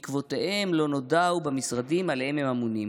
עקבותיהם לא נודעו במשרדים שעליהם הם אמונים.